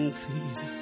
feel